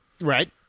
Right